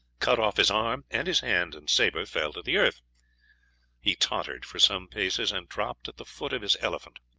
cut off his arm, and his hand and sabre fell to the earth he tottered for some paces, and dropped at the foot of his elephant.